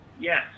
Yes